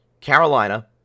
Carolina